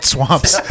Swamps